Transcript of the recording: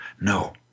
No